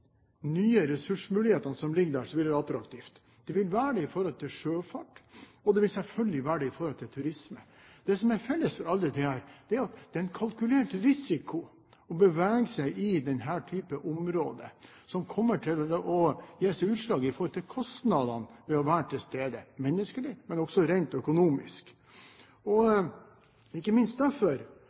nye ressursmulighetene som ligger der, blir det attraktivt. Det vil det være med tanke på sjøfart, og det vil det selvfølgelig være med tanke på turisme. Det som er felles for alt dette, er at det er en kalkulert risiko å bevege seg i denne type områder, som kommer til å gi seg utslag i kostnadene ved å være til stede, ikke bare menneskelig, men også rent økonomisk. Ikke minst derfor